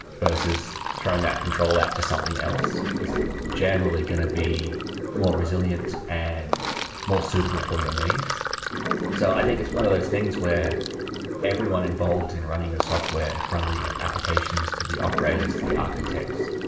versus throwing that control app to something else, it's generally going to be more resilient and more suitable for your needs so i think it's one of those things where everyone involved in running a software from the applications, to the operators, to the architects,